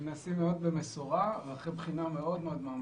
הם נעשים מאוד במשורה ואחרי בחינה מעמיקה